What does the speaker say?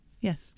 Yes